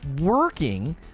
working